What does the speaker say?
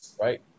right